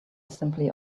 simply